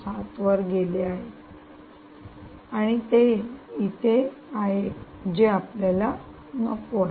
7 वर गेले आहे आणि ते येथे आहे जे आपल्याला नको आहे